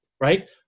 right